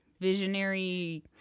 visionary